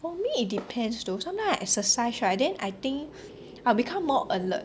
for me it depends though sometimes I exercise right then I think I'll become more alert